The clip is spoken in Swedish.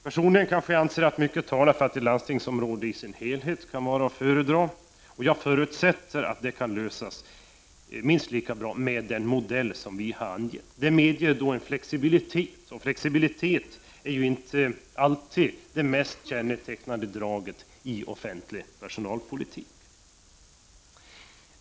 Personligen anser jag att mycket talar för att ett helt landstingsområde kan vara att föredra, och jag förutsätter att problemet kan lösas minst lika bra med den modell som vi har angett. Det medger en flexibilitet, som inte alltid är det mest kännetecknande draget i offentlig personalpolitik.